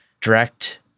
direct